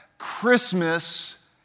Christmas